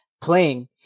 playing